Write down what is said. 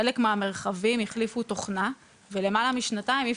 חלק מהמרחבים החליפו תוכנה ולמעלה משנתיים אי